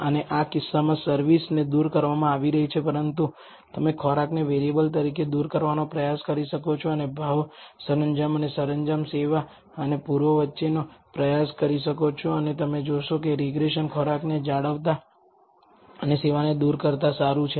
અને આ કિસ્સામાં સર્વિસને દૂર કરવામાં આવી રહી છે પરંતુ તમે ખોરાકને વેરીયેબલ તરીકે દૂર કરવાનો પ્રયાસ કરી શકો છો અને ભાવ સરંજામ અને સરંજામ સેવા અને પૂર્વ વચ્ચેનો પ્રયાસ કરી શકો છો અને તમે જોશો કે રીગ્રેસન ખોરાકને જાળવતા અને સેવાને દૂર કરતા સારું છે